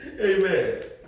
Amen